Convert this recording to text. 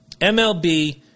MLB